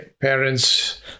parents